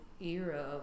Era